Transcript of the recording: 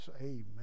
amen